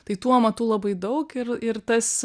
tai tų amatų labai daug ir ir tas